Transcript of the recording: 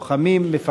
לוחמים, מפקדים,